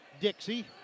Dixie